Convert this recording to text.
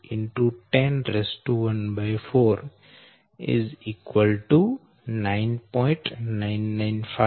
995 m DbcDab 9